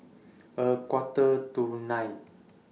A Quarter to nine